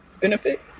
benefit